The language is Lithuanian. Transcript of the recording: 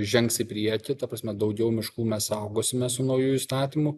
žengs į priekį ta prasme daugiau miškų mes saugosime su nauju įstatymu